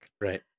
Right